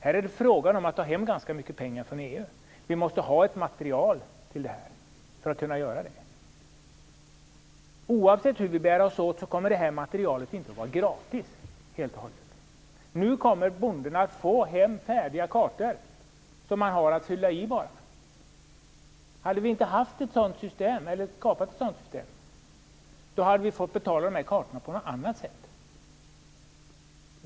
Här är det fråga om att ta hem ganska mycket pengar från EU, och vi måste ha ett material för att kunna göra det. Oavsett hur vi bär oss åt kommer det materialet inte att vara helt gratis. Nu kommer bonden att få hem färdiga kartor som han bara har att fylla i. Hade vi inte skapat ett sådant system hade vi fått betala kartorna på något annat sätt.